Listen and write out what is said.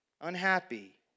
unhappy